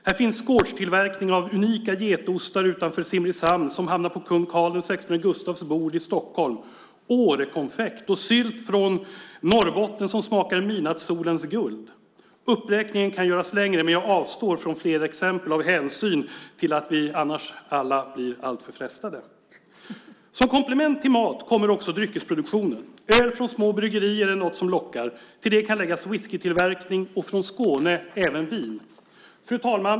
Här finns gårdstillverkning av unika getostar utanför Simrishamn som hamnar på kung Carl XVI Gustafs bord i Stockholm, Årekonfekt och sylt från Norrbotten som smakar midnattssolens guld. Uppräkningen kan göras längre, men jag avstår från fler exempel eftersom vi alla annars blir alltför frestade. Som komplement till mat kommer också dryckesproduktionen. Öl från små bryggerier är något som lockar. Till det kan läggas whiskytillverkning och även vin från Skåne. Fru talman!